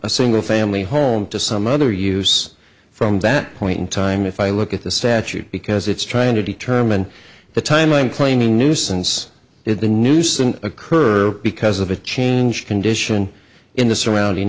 a single family home to some other use from that point in time if i look at the statute because it's trying to determine the time i'm claiming nuisance if the nuisance occur because of a change condition in the surrounding